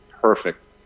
perfect